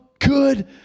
good